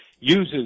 Uses